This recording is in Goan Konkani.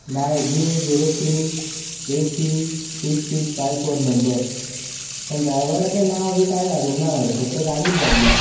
GA zero three A C six six five four number पूण ड्रायव्हराचें नांव बी कांय धाडूंक ना मरे फक्त गाडीच धाडल्या